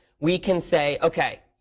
we can say, ok,